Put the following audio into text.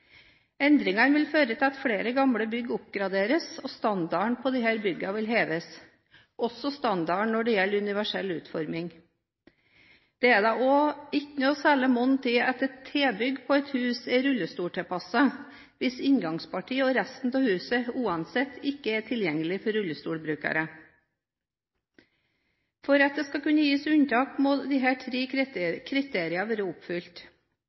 Endringene vil føre til at flere gamle bygg oppgraderes, og standarden på disse byggene vil heves, også standarden når det gjelder universell utforming. Det er da heller ikke noe særlig hjelp i at et nytt tilbygg er rullestoltilpasset, hvis inngangspartiet og resten av huset uansett ikke er tilgjengelig for rullestolbrukere. For at det skal kunne gis unntak, må disse tre kriteriene være oppfylt: